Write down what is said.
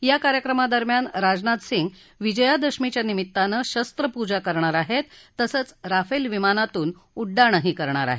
या कार्यक्रमा दरम्यान राजनाथ सिंग विजया दशमीच्या निमित्तानं शस्त्र पूजा करणार आहेत तसंच राफेल विमानातून उड्डाणही करणार आहेत